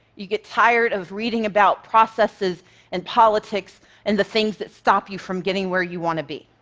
you get tired of reading about processes and politics and the things that stop you from getting where you want to be.